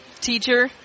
teacher